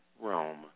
Rome